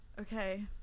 Okay